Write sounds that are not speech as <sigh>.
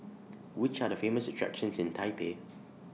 Which Are The Famous attractions in Taipei <noise>